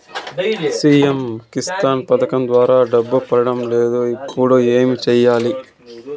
CM Kisan పథకం ద్వారా డబ్బు పడడం లేదు ఇప్పుడు ఏమి సేయాలి